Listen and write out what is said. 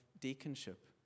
deaconship